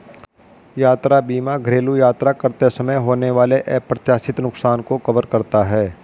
यात्रा बीमा घरेलू यात्रा करते समय होने वाले अप्रत्याशित नुकसान को कवर करता है